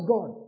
God